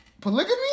Polygamy